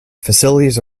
facilities